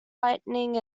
lighting